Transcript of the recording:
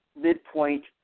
Midpoint